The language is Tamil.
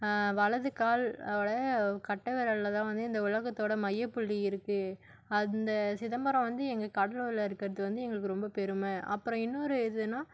வலது கால் ஓட கட்டை விரலில் தான் வந்து இந்த உலகத்தோட மையப்புள்ளி இருக்கு அந்த சிதம்பரம் வந்து எங்கள் கடலூரில் இருக்கிறது வந்து எங்களுக்கு ரொம்ப பெருமை அப்புறம் இன்னொரு இதுன்னா